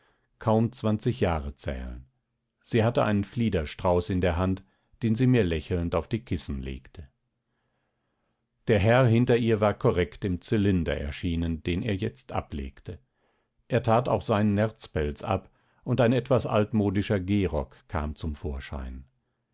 kaum zwanzig jahre zählen sie hatte einen fliederstrauß in der hand den sie mir lächelnd auf die kissen legte der herr hinter ihr war korrekt im zylinder erschienen den er jetzt ablegte er tat auch seinen nerzpelz ab und ein etwas altmodischer gehrock kam zum vorschein